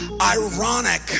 ironic